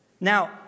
Now